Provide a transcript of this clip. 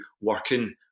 working